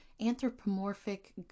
anthropomorphic